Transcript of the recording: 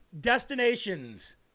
destinations